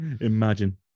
imagine